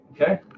okay